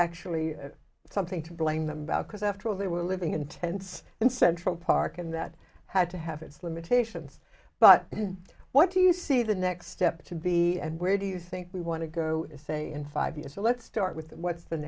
actually something to blame them about because after all they were living in tents in central park and that had to have its limitations but what do you see the next step to be and where do you think we want to go to say in five years so let's start with that what's the